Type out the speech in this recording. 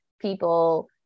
people